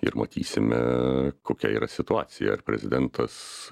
ir matysime kokia yra situacija ar prezidentas